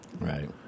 Right